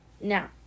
now